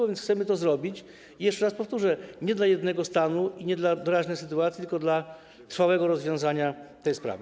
A więc chcemy to zrobić, jeszcze raz powtórzę, nie dla jednego stanu i nie dla doraźnej sytuacji, tylko dla trwałego rozwiązania tej sprawy.